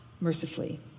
mercifully